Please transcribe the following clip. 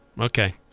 Okay